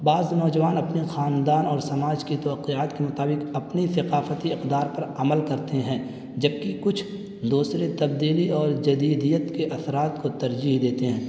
بعض نوجوان اپنے خاندان اور سماج کی توقعات کے مطابق اپنی ثقافتی اقدار پر عمل کرتے ہیں جبکہ کچھ دوسری تبدیلی اور جدیدیت کے اثرات کو ترجیح دیتے ہیں